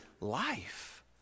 life